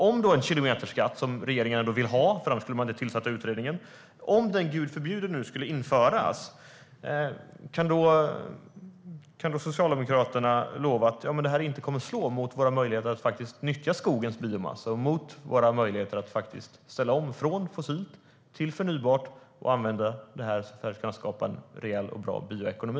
Om en kilometerskatt - som regeringen vill ha; annars skulle man inte ha tillsatt utredningen - skulle införas, Gud förbjude, kan Matilda Ernkrans och Socialdemokraterna lova här i riksdagens kammare att den inte kommer att slå mot våra möjligheter att nyttja skogens biomassa, att ställa om från fossilt till förnybart och att använda detta för att skapa en rejäl och bra bioekonomi?